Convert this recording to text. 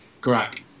Correct